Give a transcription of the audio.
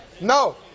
No